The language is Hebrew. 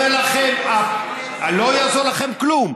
אני אומר לכם, לא יעזור לכם כלום.